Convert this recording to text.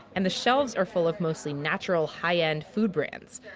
and the shelves are full of mostly natural, high-end food brands.